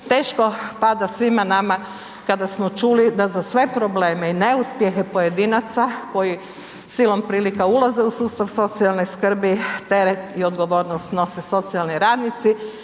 teško pada svima nama kada smo čuli da za sve probleme i neuspjehe pojedinaca koji silom prilika ulaze u sustav socijalne skrbi, teret i odgovornost nose socijalni radnici